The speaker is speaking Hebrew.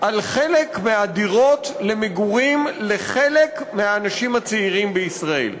על חלק מהדירות למגורים לחלק מהאנשים הצעירים בישראל.